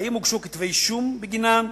ואם הוגשו כתבי אישום בגינן,